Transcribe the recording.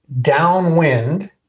downwind